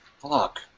Fuck